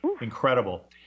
incredible